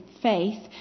faith